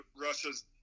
Russia's